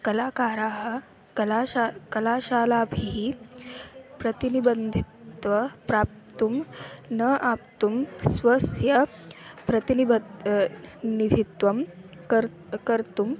कलाकाराः कलाशालां कलाशालाभिः प्रतिनिबन्धित्वा प्राप्तुं न आप्तुं स्वस्य प्रतिनिबद् निधित्वं कर् कर्तुम्